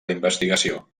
investigació